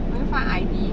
will you find I_D